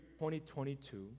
2022